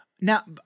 Now